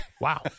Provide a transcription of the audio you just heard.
Wow